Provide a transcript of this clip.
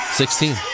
Sixteen